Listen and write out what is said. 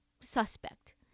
suspect